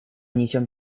несем